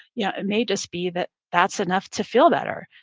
yeah it may just be that that's enough to feel better,